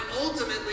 ultimately